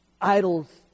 idols